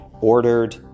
ordered